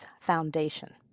Foundation